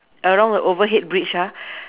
along the overhead bridge ah